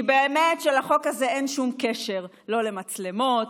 כי באמת שלחוק הזה אין שום קשר לא למצלמות,